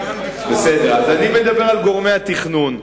בסדר, אז אני מדבר על גורמי התכנון.